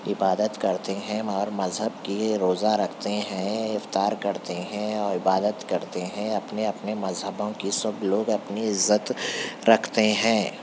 عبادت کرتے ہیں ہر مذہب کی روزہ رکھتے ہیں افطار کرتے ہیں اور عبادت کرتے ہیں اپنے اپنے مذہبوں کی سب لوگ اپنی عزت رکھتے ہیں